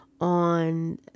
on